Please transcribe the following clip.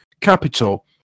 Capital